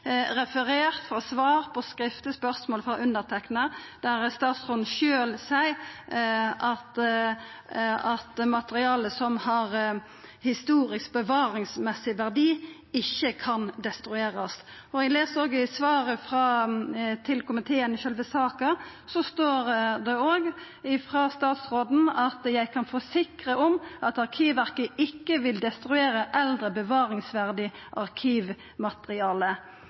referert frå svar på skriftleg spørsmål frå underteikna, der statsråden sjølv seier at materiale som har historisk bevaringsverdi, ikkje kan destruerast. I brevet frå statsråden til komiteen i sjølve saka står det òg: «Jeg kan forsikre om at Arkivverket ikke vil destruere eldre bevaringsverdig arkivmateriale.»